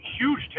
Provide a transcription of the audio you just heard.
huge